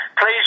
Please